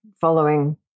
following